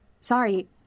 Sorry